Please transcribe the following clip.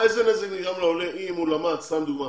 איזה נזק נגרם לעולה אם הוא למד סתם לדוגמה